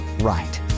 right